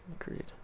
agreed